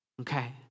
Okay